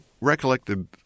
recollected